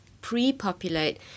pre-populate